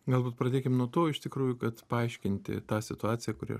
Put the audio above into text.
galbūt pradėkim nuo to iš tikrųjų kad paaiškinti tą situaciją kuri